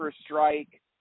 strike